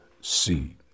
seed